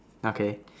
okay